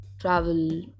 travel